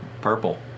purple